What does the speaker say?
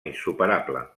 insuperable